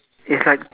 it's like